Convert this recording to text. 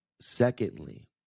Secondly